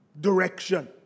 direction